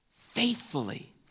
faithfully